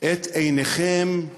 את עיניכם אל